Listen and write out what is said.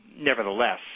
Nevertheless